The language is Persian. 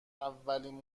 اولین